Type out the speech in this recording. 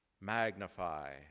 Magnify